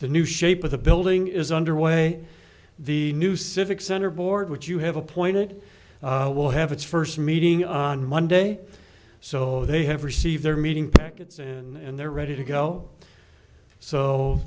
the new shape of the building is underway the new civic center board which you have appointed will have its first meeting on monday so they have received their meeting packets and they're ready to go so